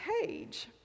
page